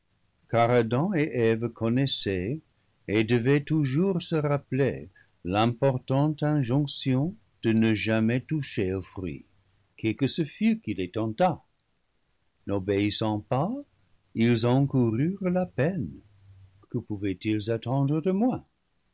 adam et eve connaissaient et devaient toujours se rappeler l'importante injonction de ne jamais toucher au fruit qui que ce ce fût qui les tentât n'obéissant pas ils encoururent la peine que pouvaient-ils attendre de moins